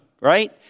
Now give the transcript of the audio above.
right